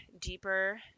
deeper